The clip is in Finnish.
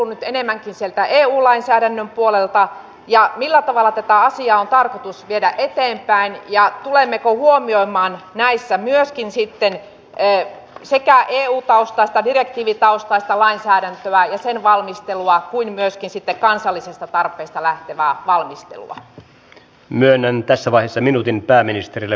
sitä tässä vain edustaja juvoselle joka kyllä hyvin tietää että hoitoala on laaja ja esimerkiksi vanhustenhuollossa on huutava tarve näistä hoitajista että minä nyt pikkasen ihmettelen puhummeko me edes samasta asiasta kun yleensä pidän edustaja juvosta asiantuntijana tällä alalla